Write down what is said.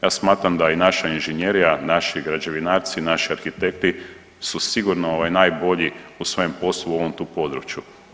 Ja smatram da i naša inženjerija, naši građevinarci, naši arhitekti su sigurno ovaj najbolji u svojem poslu u ovom tu području.